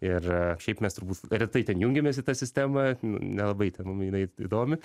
ir šiaip mes turbūt retai ten jungiamės į tą sistemą nelabai ten mum jinai įdomi